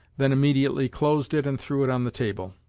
then immediately closed it and threw it on the table.